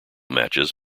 matches